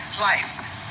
life